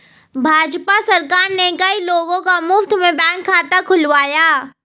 भाजपा सरकार ने कई लोगों का मुफ्त में बैंक खाता खुलवाया